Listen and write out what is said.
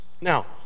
Now